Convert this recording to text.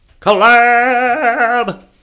Collab